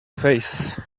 face